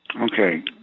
Okay